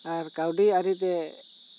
ᱟᱨ ᱠᱟᱹᱣᱰᱤ ᱟᱹᱨᱤ ᱛᱮ